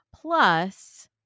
plus